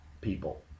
people